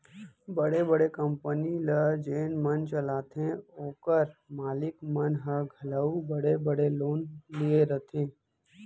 बड़े बड़े कंपनी ल जेन मन चलाथें ओकर मालिक मन ह घलौ बड़े बड़े लोन लिये रथें